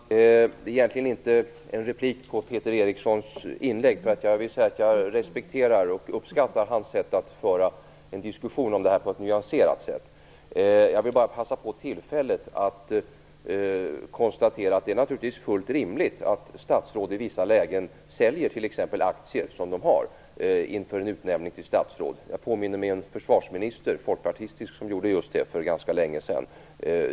Fru talman! Det är egentligen inte en replik på Peter Erikssons inlägg. Jag respekterar och uppskattar hans sätt att föra en diskussion om detta på ett nyanserat sätt. Jag vill bara passa på tillfället att konstatera att det naturligtvis är fullt rimligt att statsråd i vissa lägen säljer t.ex. aktier som de har inför en utnämning till statsråd. Jag påminner mig en folkpartistisk försvarsminister som gjorde just detta för ganska länge sedan.